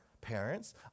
parents